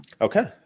Okay